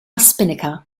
spinnaker